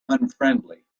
unfriendly